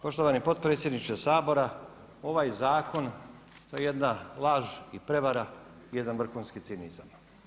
Poštovani potpredsjedniče Sabora, ovaj zakon, to je jedna laž i prijevara, jedan vrhunski cinizam.